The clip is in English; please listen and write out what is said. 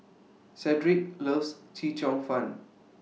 Cedrick loves Chee Cheong Fun